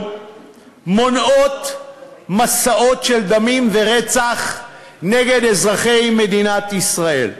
מונעים מסעות של דמים ורצח נגד אזרחי מדינת ישראל.